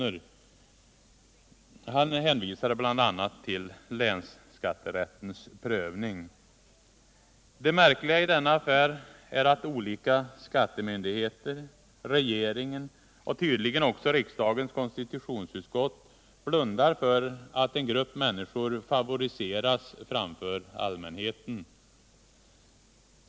Budgetministern hänvisade bl.a. till länsskatterättens prövning. Det märkliga i denna affär är att olika skattemyndigheter, regeringen och tydligen också riksdagens konstitutionsutskott blundar för att en grupp människor favoriseras framför allmänheten.